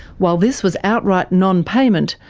while this was outright non-payment,